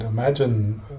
Imagine